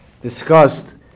discussed